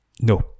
no